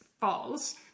false